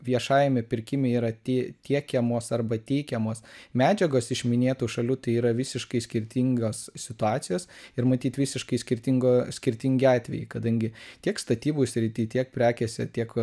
viešajame pirkime yra tie tiekiamos arba teikiamos medžiagos iš minėtų šalių tai yra visiškai skirtingos situacijos ir matyt visiškai skirtingo skirtingi atvejai kadangi tiek statybų srity tiek prekėse tiek